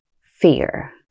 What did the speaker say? fear